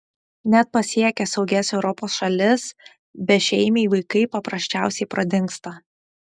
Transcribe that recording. net pasiekę saugias europos šalis bešeimiai vaikai paprasčiausiai pradingsta